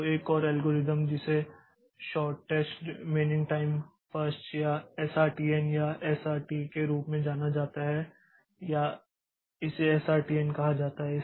तो एक और एल्गोरिथ्म जिसे शॉर्टेस्ट रिमेनिंग टाइम फर्स्ट या एसआरटीएन या एसआरटी के रूप में में जाना जाता है या इसे एसआरटीएन कहा जाता है